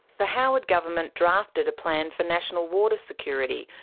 the howard government drafted a plan for national water security,